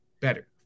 better